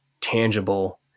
tangible